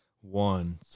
one